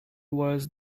was